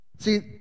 See